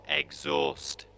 exhaust